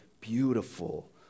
beautiful